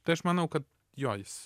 tai aš manau kad jo jis